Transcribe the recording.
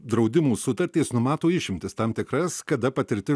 draudimų sutartys numato išimtis tam tikras kada patirti